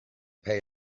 pay